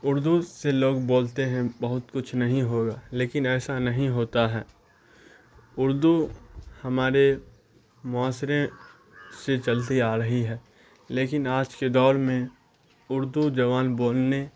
اردو سے لوگ بولتے ہیں بہت کچھ نہیں ہوگا لیکن ایسا نہیں ہوتا ہے اردو ہمارے معاشرے سے چلتی آ رہی ہے لیکن آج کے دور میں اردو زبان بولنے